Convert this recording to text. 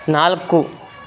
ನಾಲ್ಕು